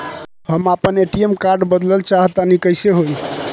हम आपन ATM card बदलल चाह तनि कइसे होई?